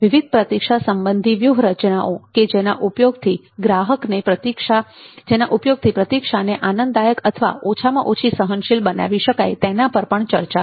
વિવિધ પ્રતીક્ષા સંબંધિત વ્યૂહરચનાઓ કે જેના ઉપયોગથી પ્રતીક્ષાને આનંદદાયક અથવા ઓછામાં ઓછી સહનશીલ બનાવી શકાય તેના પર પણ ચર્ચા કરી